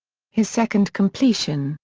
his second completion,